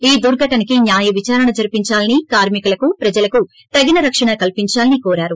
ఈ మొత్తం దుర్ఘతనకి న్యాయ వీచారణ జరిపించాలని కార్మికులకు ప్రజలకు తగిన రక్షణ కలిగించాలని ఆయన కోరారు